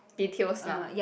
details lah